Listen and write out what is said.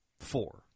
four